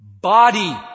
body